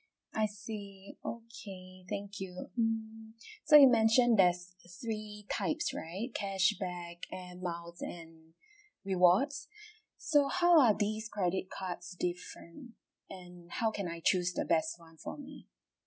I see okay thank you mm so you mentioned there's three types right cashback air miles and rewards so how are these credit cards different and how can I choose the best one from